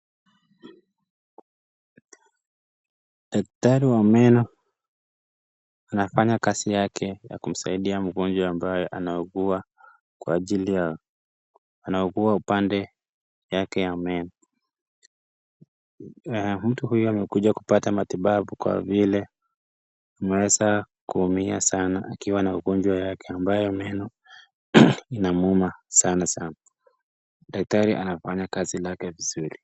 Daktari ya meno anafanya kazi yake ya kumsaidia mgonjwa ambaye anaugua kwa ajili ya anaugua upande yake ya meno mtu huyo amekuja kupata matibabu kwa vile ameweza kutumia sana akiwa na ugonjwa wake ambaye meno inamwuma sana daktari anafanya kazi yake vizuri.